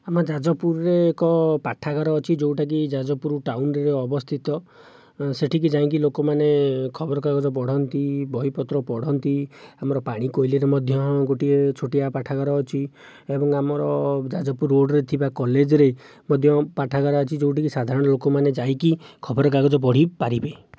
ଆମ ଯାଜପୁରରେ ଏକ ପାଠାଗାର ଅଛି ଯେଉଁଟାକି ଯାଜପୁର ଟାଉନରେ ଅବସ୍ଥିତ ସେ'ଠିକି ଯାଇକି ଲୋକମାନେ ଖବର କାଗଜ ପଢ଼ନ୍ତି ବହିପତ୍ର ପଢ଼ନ୍ତି ଆମର ପାଣିକୋଇଲିରେ ମଧ୍ୟ ଗୋଟିଏ ଛୋଟିଆ ପାଠାଗାର ଅଛି ଏବଂ ଆମର ଯାଜପୁର ରୋଡ଼ରେ ଥିବା କଲେଜରେ ମଧ୍ୟ ପାଠାଗାର ଅଛି ଯେଉଁଠିକି ସାଧାରଣ ଲୋକମାନେ ଯାଇକି ଖବର କାଗଜ ପଢ଼ିପାରିବେ